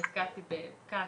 נתקעתי בפקק,